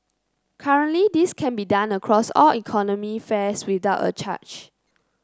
currently this can be done across all economy fares without a charge